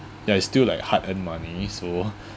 ya it's still like hard earn money so